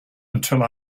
until